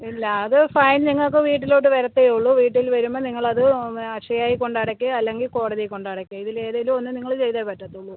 ഇല്ല അത് ഫൈൻ നിങ്ങൾക്ക് വീട്ടിലോട്ട് വരത്തേ ഉള്ളൂ വീട്ടിൽ വരുമ്പോൾ നിങ്ങൾ അത് അക്ഷയയിൽ കൊണ്ട് അടക്കുക അല്ലെങ്കിൽ കോടതി കൊണ്ട് അടക്കുക ഇതിൽ ഏതെങ്കിലും ഒന്ന് നിങ്ങൾ ചെയ്തേ പറ്റത്തുള്ളൂ